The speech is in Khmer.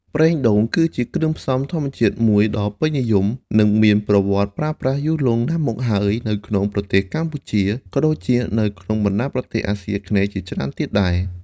ប្រេងដូង គឺជាគ្រឿងផ្សំធម្មជាតិមួយដ៏ពេញនិយម និងមានប្រវត្តិប្រើប្រាស់យូរលង់ណាស់មកហើយនៅក្នុងប្រទេសកម្ពុជាក៏ដូចជានៅក្នុងបណ្តាប្រទេសអាស៊ីអាគ្នេយ៍ជាច្រើនទៀតដែរ។